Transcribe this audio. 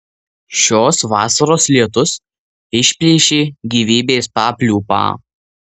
šios vasaros lietus išplėšė gyvybės papliūpą